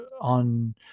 on